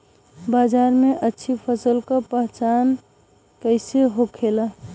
बाजार में अच्छी फसल का पहचान कैसे होखेला?